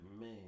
Man